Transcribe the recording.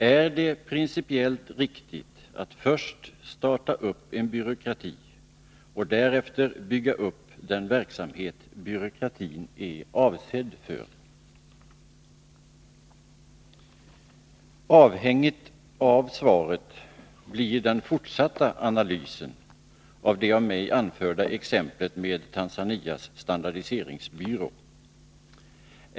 Är det principiellt riktigt att skapa en byråkrati och därefter bygga upp den verksamhet byråkratin är avsedd för? Avhängigt av svaret blir den fortsatta analysen av det av mig anförda exemplet med Tanzanias standardiseringsbyrå.